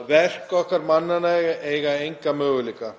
að verk okkar mannanna eiga enga möguleika.